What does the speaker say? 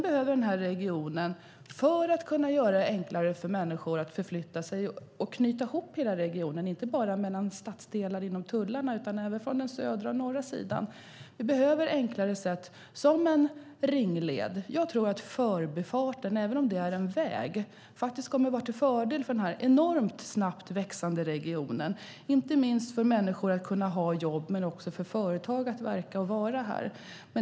För att kunna göra det enklare för människor att förflytta sig och knyta ihop hela regionen - inte bara mellan stadsdelar inom tullarna utan även från den södra och den norra sidan - behöver vi enklare sätt, som en ringled. Jag tror att Förbifarten, även om det är en väg, kommer att vara till fördel för denna enormt snabbväxande region. Det handlar inte minst om att människor ska kunna ha jobb, men också om att företag ska kunna verka och finnas här.